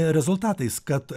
rezultatais kad